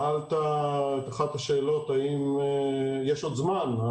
אחת השאלות ששאלת הייתה האם יש עוד זמן.